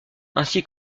ainsi